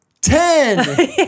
ten